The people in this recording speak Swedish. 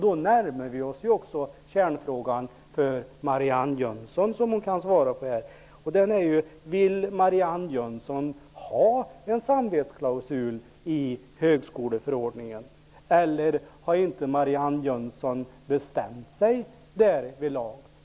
Då närmar vi ju oss också den centrala frågan för Marianne Jönsson, vilken hon kanske kan svara på här: Vill Marianne Jönsson ha en samvetsklausul i högskoleförordningen, eller har Marianne Jönsson inte bestämt sig därvidlag?